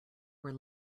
were